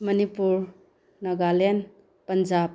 Manipur Nagaland Punjab